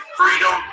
freedom